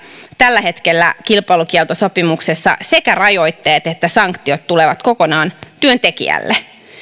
tällä hetkellä kilpailukieltosopimuksessa sekä rajoitteet että sanktiot tulevat kokonaan työntekijälle